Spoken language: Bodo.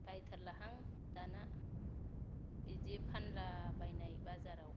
बायथारलाहां दाना बिदि फानला बायनाय बाजाराव